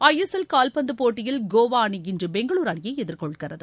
ISL கால்பந்துப் போட்டியில் கோவா அணி இன்று பெங்களூரு அணியை எதிர்கொள்கிறது